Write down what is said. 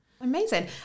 amazing